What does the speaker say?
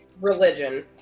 religion